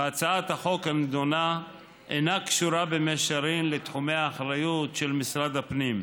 והצעת החוק הנדונה אינה קשורה במישרין לתחומי האחריות של משרד הפנים.